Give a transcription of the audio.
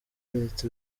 leta